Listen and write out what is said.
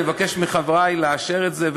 אני מבקש מחברי לאשר את זה,